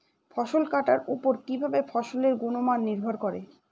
ফসল কাটার উপর কিভাবে ফসলের গুণমান নির্ভর করে?